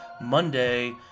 Monday